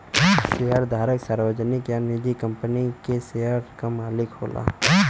शेयरधारक सार्वजनिक या निजी कंपनी के शेयर क मालिक होला